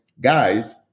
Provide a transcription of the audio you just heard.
guys